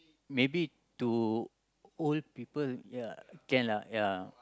maybe to old people ya can lah ya